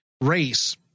race